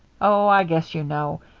oh, i guess you know.